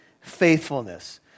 faithfulness